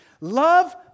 Love